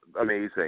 amazing